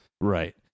right